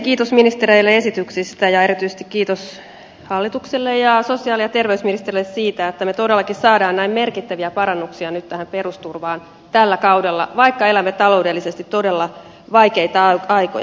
kiitos ministereille esityksistä ja erityisesti kiitos hallitukselle ja sosiaali ja terveysministerille siitä että me todellakin saamme näin merkittäviä parannuksia nyt tähän perusturvaan tällä kaudella vaikka elämme taloudellisesti todella vaikeita aikoja